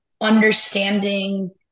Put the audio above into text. understanding